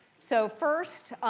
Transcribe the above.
so first,